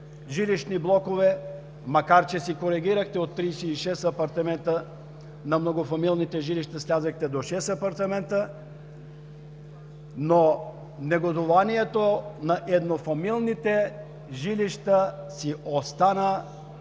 жилищни блокове, макар че се коригирахте – от 36 апартамента за многофамилни жилища слязохте до шест апартамента, но негодуванието на еднофамилните жилища си остана.